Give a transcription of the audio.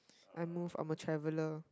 I move I'm a traveller